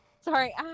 Sorry